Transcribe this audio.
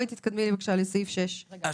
תתקדמי לסעיף 6. רגע,